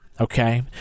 Okay